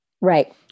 Right